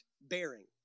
bearing